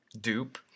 Dupe